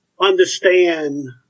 understand